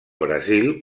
brasil